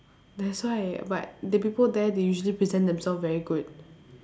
that's why but the people there they usually present themselves very good